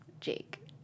Jake